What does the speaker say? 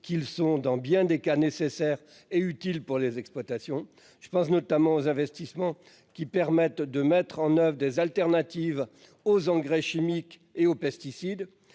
qu'ils sont dans bien des cas nécessaire et utile pour les exploitations je pense notamment aux investissements qui permettent de mettre en oeuvre des alternatives aux engrais chimiques et aux pesticides,